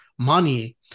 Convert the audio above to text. money